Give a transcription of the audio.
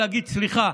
להגיד: סליחה,